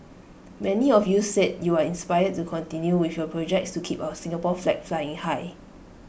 many of you said you are inspired to continue with your projects to keep our Singapore flag flying high